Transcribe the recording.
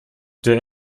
der